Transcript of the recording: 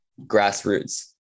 grassroots